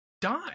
die